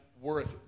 worth